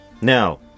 Now